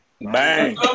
bang